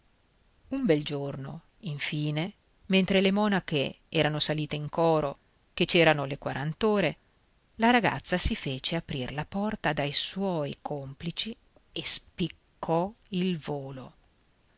un bel giorno infine mentre le monache erano salite in coro che c'erano le quarant'ore la ragazza si fece aprir la porta dai suoi complici e spiccò il volo